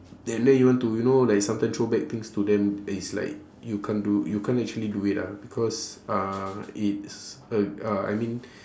and then you want to you know like sometime throw back things to them it's like you can't do you can't actually do it lah because uh it's uh uh I mean